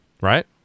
right